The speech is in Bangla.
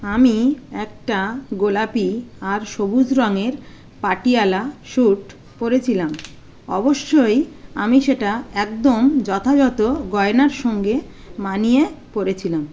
আমি একটা গোলাপি আর সবুজ রঙের পাটিয়ালা স্যুট পরেছিলাম অবশ্যই আমি সেটা একদম যথাযথ গয়নার সঙ্গে মানিয়ে পরেছিলাম